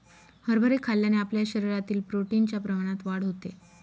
हरभरे खाल्ल्याने आपल्या शरीरातील प्रोटीन च्या प्रमाणात वाढ होते